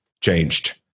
changed